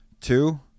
Two